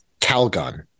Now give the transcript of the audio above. Calgon